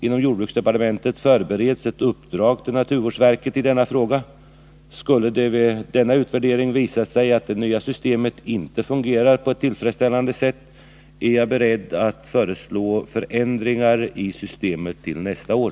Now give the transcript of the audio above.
Inom jordbruksdepartementet förbereds ett uppdrag till naturvårdsverket i denna fråga. Skulle det vid denna utvärdering visa sig att det nya systemet inte fungerar på ett tillfredsställande sätt är jag beredd att föreslå förändringar i systemet till nästa år.